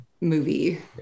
movie